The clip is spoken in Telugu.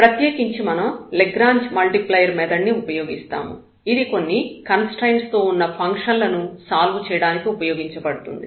ప్రత్యేకించి మనం లాగ్రాంజ్ మల్టిప్లైయర్ మెథడ్ ని ఉపయోగిస్తాము ఇది కొన్ని కన్స్ట్రయిన్స్ తో ఉన్న ఫంక్షన్లను సాల్వ్ చేయడానికి ఉపయోగించబడుతుంది